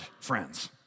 friends